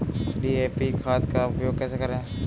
DAP खाद का उपयोग कैसे करें?